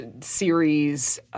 series –